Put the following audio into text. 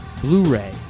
Blu-ray